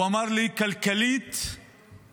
הוא אמר לי: כלכלית נהרסתי,